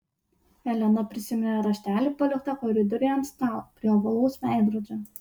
elena prisiminė raštelį paliktą koridoriuje ant stalo prie ovalaus veidrodžio